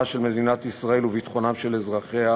של מדינת ישראל וביטחונם של אזרחיה